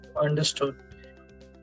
Understood